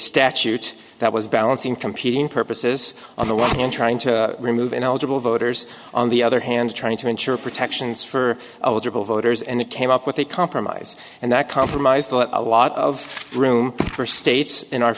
statute that was balancing competing purposes on the one hand trying to remove ineligible voters on the other hand trying to ensure protections for eligible voters and it came up with a compromise and that compromise that a lot of room for states in